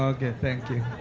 ok. thank you.